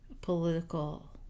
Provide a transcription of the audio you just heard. political